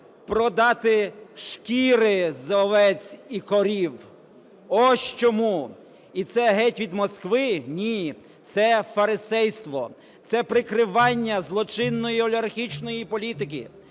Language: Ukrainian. продати шкіри з овець, і корів. Ось чому! І це – "Геть від Москви"? Ні, це фарисейство, це прикривання злочинної олігархічної політики